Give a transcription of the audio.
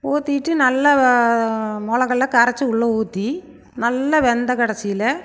ஊற்றிட்டு நல்லா மொளகால்லாம் கரைச்சி உள்ளே ஊற்றி நல்லா வெந்து கடைசியில்